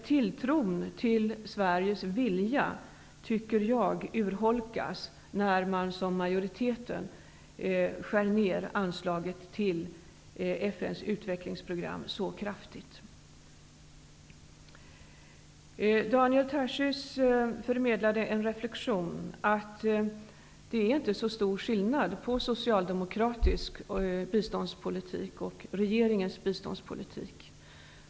Tilltron till Sveriges vilja urholkas om man följer majoritetens förslag till en kraftig nedskärning av anslaget till Daniel Tarschys förmedlade en reflektion om att det inte är så stor skillnad på socialdemokratisk biståndspolitik och regeringens biståndspolitik.